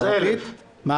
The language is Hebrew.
אז 1,000. כן.